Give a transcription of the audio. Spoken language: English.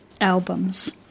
albums